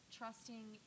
trusting